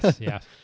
yes